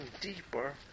deeper